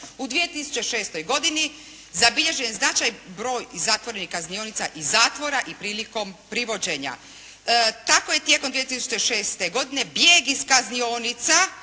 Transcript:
"U 2006. godini zabilježen je značajan broj iz zatvorenih kaznionica iz zatvora i prilikom privođenja." Tako je tijekom 2006. godine bijeg iz kaznionica